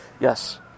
Yes